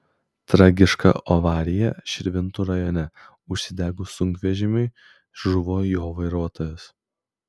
tragiška avarija širvintų rajone užsidegus sunkvežimiui žuvo jo vairuotojas